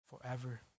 forever